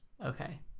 Okay